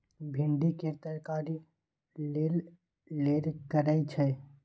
भिंडी केर तरकारी लेरलेर करय छै